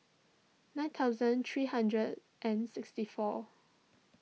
nine thousand three hundred and sixty fourth